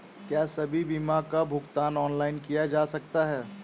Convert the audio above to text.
क्या सभी बीमा का भुगतान ऑनलाइन किया जा सकता है?